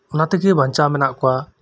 ᱚᱱᱟ ᱛᱮᱜᱮ ᱵᱟᱧᱪᱟᱣ ᱢᱮᱱᱟᱜ ᱠᱚᱣᱟ